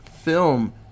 film